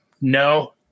No